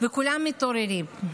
וכולם מתעוררים.